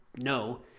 No